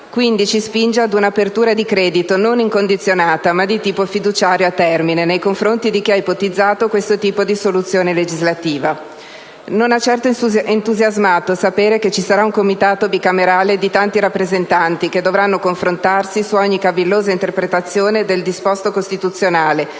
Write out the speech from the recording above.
quindi ci spingono ad un'apertura di credito non incondizionata, ma di tipo fiduciario "a termine", nei confronti di chi ha ipotizzato questo tipo di soluzione legislativa. Non ha certo entusiasmato sapere che ci sarà un Comitato bicamerale di tanti rappresentanti, che dovranno confrontarsi su ogni cavillosa interpretazione del disposto costituzionale,